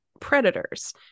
predators